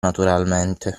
naturalmente